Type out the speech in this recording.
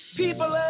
people